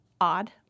odd